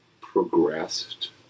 progressed